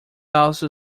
also